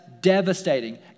devastating